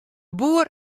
boer